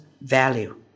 value